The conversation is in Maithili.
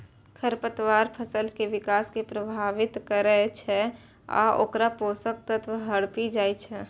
खरपतवार फसल के विकास कें प्रभावित करै छै आ ओकर पोषक तत्व हड़पि जाइ छै